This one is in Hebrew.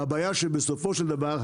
הבעיה היא שבסופו של דבר,